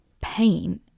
pain